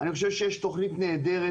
אני חושב שיש תכנית נהדרת,